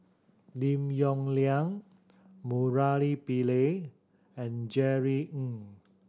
Lim Yong Liang Murali Pillai and Jerry Ng